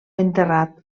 enterrat